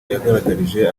yagaragarije